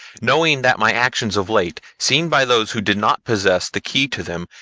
knowing that my actions of late, seen by those who did not possess the key to them,